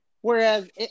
whereas